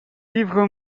livres